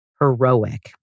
heroic